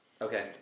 Okay